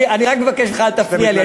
אני רק מבקש ממך: אל תפריע לי,